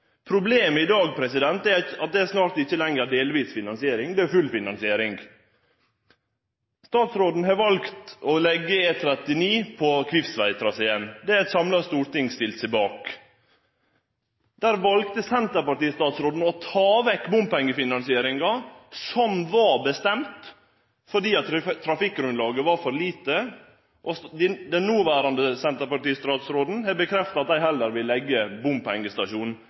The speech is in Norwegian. Problemet i dag er at det snart ikkje lenger er delvis finansiering, det er fullfinansiering. Statsråden har valt å leggje E39 på Kvivsveg-traseen. Det har eit samla storting stilt seg bak. Der valde senterpartistatsråden å ta vekk bompengefinansieringa som var bestemt, fordi trafikkgrunnlaget var for lite. Den noverande senterpartistatsråden har bekrefta at dei heller vil leggje bompengestasjonen